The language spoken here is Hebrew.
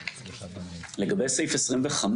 לגבי סעיף 25,